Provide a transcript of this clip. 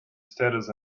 status